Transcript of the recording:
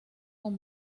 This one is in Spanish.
con